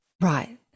Right